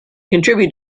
contribute